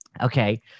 Okay